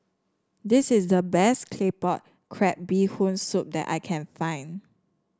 this is the best Claypot Crab Bee Hoon Soup that I can find